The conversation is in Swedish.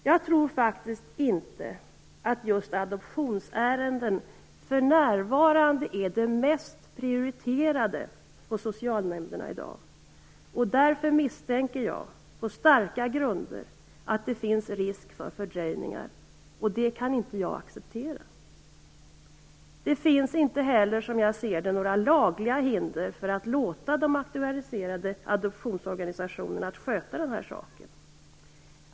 Jag tror faktiskt inte att just adoptionsärenden för närvarande är de mest prioriterade i socialnämnderna i dag. Därför misstänker jag på starka grunder att det finns risk för fördröjningar, och det kan jag inte acceptera. Som jag ser det finns det inte heller några lagliga hinder för att låta de auktoriserade adoptionsorganisationerna sköta den här saken.